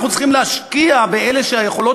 אנחנו צריכים להשקיע באלה שהיכולות